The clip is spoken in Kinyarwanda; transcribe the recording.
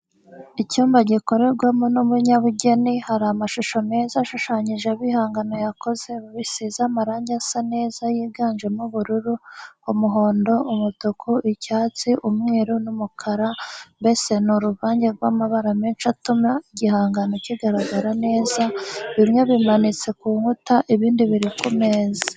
Icyumba gikorerwamo n'umunyabugeni, hari amashusho meza ashushanyijeho ibihangano yakoze bisize amarange asa neza yiganjemo ubururu, umuhondo umutuku, icyatsi, umweru n'umukara, mbese ni uruvange rw'amabara menshi atuma igihangano kigaragara neza, bimwe bimanitse ku nkuta, ibindi biri ku meza.